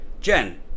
Jen